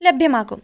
ലഭ്യമാകും